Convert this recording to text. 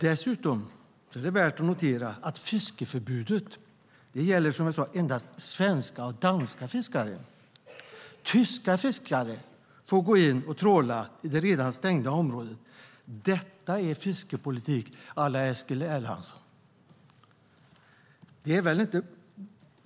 Dessutom är det värt att notera att fiskeförbudet, som jag sade, endast gäller svenska och danska fiskare. Tyska fiskare får gå in och tråla i det redan stängda området. Detta är fiskeripolitik à la Eskil Erlandsson.